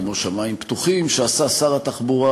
כמו "שמים פתוחים" שעשה שר התחבורה